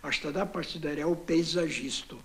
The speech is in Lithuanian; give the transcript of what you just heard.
aš tada pasidariau peizažistu